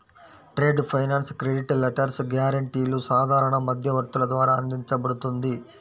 trade finance credit letters, గ్యారెంటీలు సాధారణ మధ్యవర్తుల ద్వారా అందించబడుతుంది